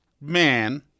man